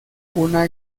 una